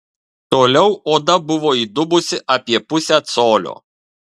toliau oda buvo įdubusi apie pusę colio